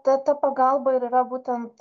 ta ta pagalba ir yra būtent